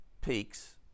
peaks